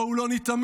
בואו לא ניתמם,